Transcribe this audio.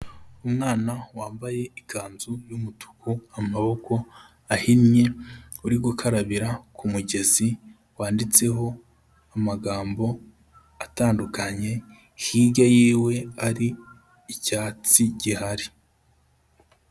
Umwana wambaye ikanzu y'umutuku amaboko ahinnye uri gukarabira ku mugezi wanditseho amagambo atandukanye, hirya yiwe hari icyatsi gihari.